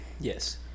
Yes